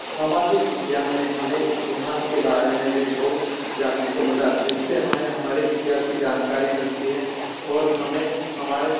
सामाजिक विज्ञान मे हमें इतिहास के बारे मे भी बहुत जानने को मिल जिससे हमें हमारे इतिहास की जानकारी मिलती है और हमें हमारे